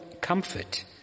comfort